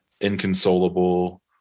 inconsolable